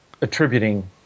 attributing